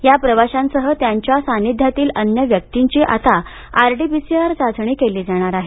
या प्रवाशांसह त्यांच्या सान्निध्यातील अन्य व्यक्तींची आता आरटी पीसीआर चाचणी केली जाणार आहे